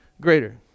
greater